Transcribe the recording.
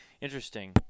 Interesting